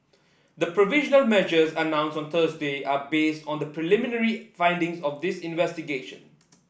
the provisional measures announced on Thursday are based on the preliminary findings of this investigation